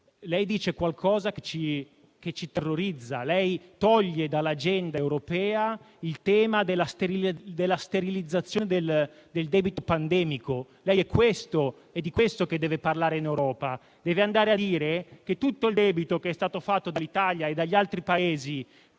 lei dice qualcosa che ci terrorizza. Lei toglie dall'agenda europea il tema della sterilizzazione del debito pandemico. È di questo che deve parlare in Europa; deve andare a dire che tutto il debito che è stato fatto dall'Italia e dagli altri Paesi